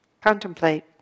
contemplate